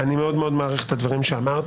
אני מאוד מאוד מעריך את הדברים שאמרת.